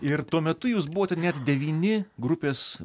ir tuo metu jūs buvote net devyni grupės